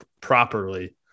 properly